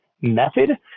method